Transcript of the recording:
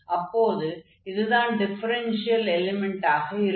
அப்போது இதுதான் டிஃபரென்ஷியல் எலிமென்டாக இருக்கும்